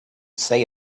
say